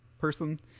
person